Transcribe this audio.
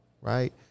right